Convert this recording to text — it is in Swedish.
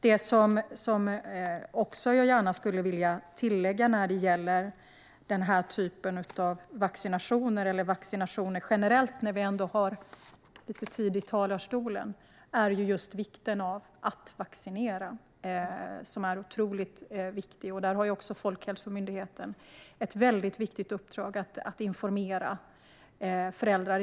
Det som jag vill tillägga när det gäller den här typen av vaccinationer är just vikten av att vaccinera sig. Där har också Folkhälsomyndigheten ett uppdrag att informera föräldrar.